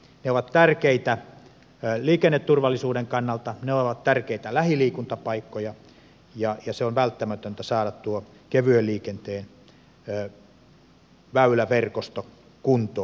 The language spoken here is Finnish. ne ovat tärkeitä liikenneturvallisuuden kannalta ne ovat tärkeitä lähiliikuntapaikkoja ja on välttämätöntä saada kevyen liikenteen väyläverkosto kuntoon